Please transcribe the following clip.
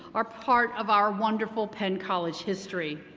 are part of our wonderful penn college history.